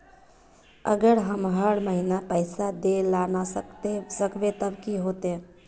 अगर हम हर महीना पैसा देल ला न सकवे तब की होते?